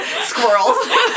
Squirrels